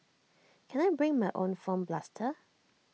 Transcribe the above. can I bring my own foam blaster